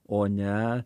o ne